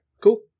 cool